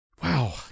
Wow